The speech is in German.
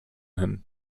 hin